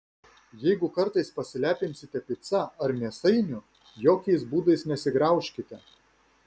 jeigu kartais pasilepinsite pica ar mėsainiu jokiais būdais nesigraužkite